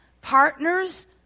partners